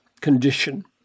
condition